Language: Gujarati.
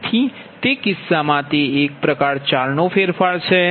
તેથી તે કિસ્સામાં તે એક પ્રકાર 4 નો ફેરફાર છે